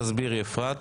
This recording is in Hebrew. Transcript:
תסבירי, אפרת.